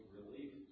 relief